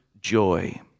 joy